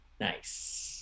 nice